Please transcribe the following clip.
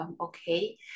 Okay